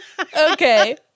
Okay